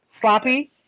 sloppy